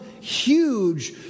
huge